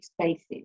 spaces